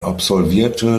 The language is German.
absolvierte